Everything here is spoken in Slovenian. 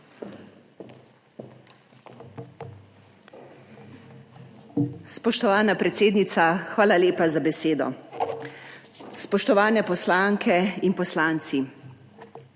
Spoštovana predsednica, hvala lepa za besedo. Spoštovani poslanke in poslanci!